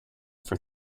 for